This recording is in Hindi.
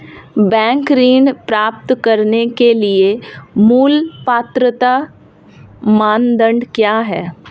बैंक ऋण प्राप्त करने के लिए मूल पात्रता मानदंड क्या हैं?